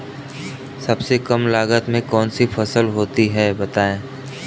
सबसे कम लागत में कौन सी फसल होती है बताएँ?